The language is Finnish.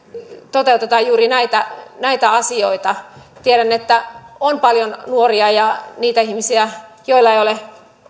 toteutetaan juuri näitä näitä asioita tiedän että on paljon nuoria ja niitä ihmisiä joilla ei ole